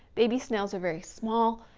baby snails are very small.